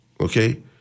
Okay